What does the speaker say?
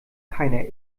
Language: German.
keiner